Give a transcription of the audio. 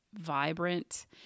vibrant